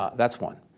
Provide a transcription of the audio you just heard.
that's one.